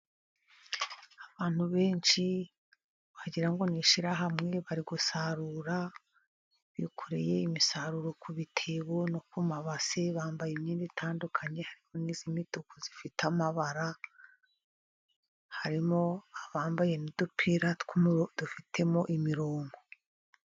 Abantu benshi wagira ngo ni ishyirahamwe bari gusarura, bikoreye imisaruro ku bitebo no ku mabasi, bambaye imyenda itandukanye, hari n'iy'imituku ifite amabara, harimo abambaye n'udupira dufitemo imirongo.